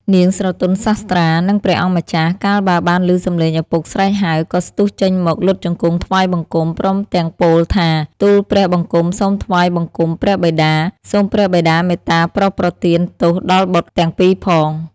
នាងស្រទន់សាស្ត្រា និងព្រះអង្គម្ចាស់ កាលបើបានលឺសម្លេងឪពុកស្រែកហៅ ក៏ស្ទុះចេញមកលុតជង្គង់ថ្វាយបង្គំ ព្រមទាំងពោលថា ទូលព្រះបង្គំសូមថ្វាយបង្គំព្រះបិតា សូមព្រះបិតាមេត្តាប្រោសប្រទានទោសដល់បុត្រទាំងពីរផង។